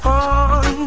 on